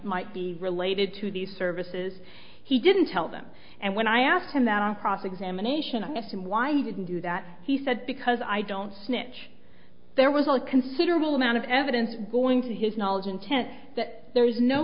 might be related to these services he didn't tell them and when i asked him out on cross examination i asked him why he didn't do that he said because i don't snitch there was a considerable amount of evidence going to his knowledge intent that there is no